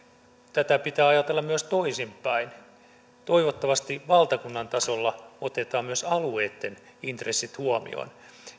tätä pitää ajatella myös toisinpäin toivottavasti valtakunnan tasolla otetaan myös alueitten intressit huomioon